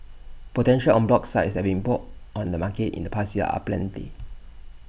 potential en bloc sites that have been put on the market in the past year are aplenty